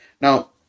Now